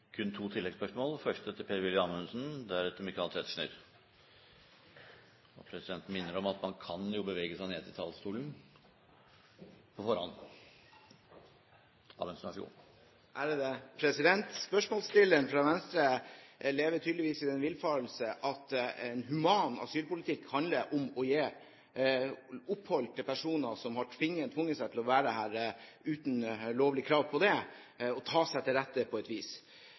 til kun to oppfølgingsspørsmål – først Per-Willy Amundsen. Presidenten minner om at man kan bevege seg ned til talerstolen på forhånd. Spørsmålsstilleren fra Venstre lever tydeligvis i den villfarelse at en human asylpolitikk handler om å gi opphold til personer som har tvunget seg til å være her uten å ha lovlig krav på det, og som tar seg til rette på et vis.